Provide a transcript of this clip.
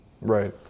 Right